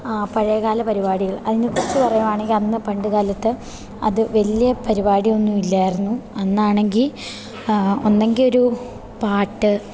ആ പഴയകാല പരിപാടികൾ അതിനെക്കുറിച്ച് പറയുകയാണെങ്കിൽ അന്ന് പണ്ടുകാലത്ത് അത് വലിയ പരിപാടിയൊന്നും ഇല്ലായിരുന്നു അന്നാണെങ്കിൽ ഒന്നികിൽ ഒരു പാട്ട്